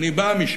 אני בא משם.